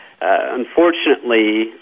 unfortunately